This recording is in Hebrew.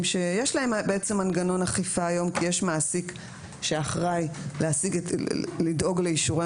שיש להם מנגנון אכיפה היום כי יש מעסיק שאחראי לדאוג לאישורי